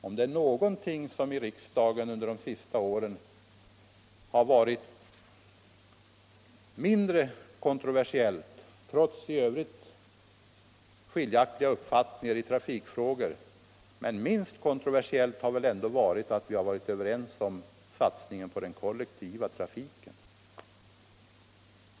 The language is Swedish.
Om det är någonting som i riksdagen under de senaste åren inte varit kontroversiellt, trots i övrigt skiljaktiga uppfattningar i trafikfrågor, så är det väl satsningen på den kollektiva trafiken.